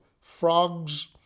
frogs